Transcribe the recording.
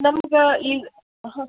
ನಮ್ಗೆ ಈಗ ಹಾಂ